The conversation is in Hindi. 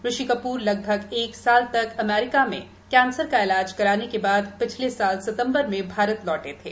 ऋषि कपूर लगभग एक साल तक अमरीका में कैंसर का इलाज कराने के बाद पिछले साल सितंबर में भारत लौटे थे